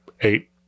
eight